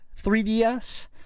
3DS